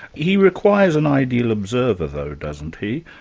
he requires an ideal observer though, doesn't he?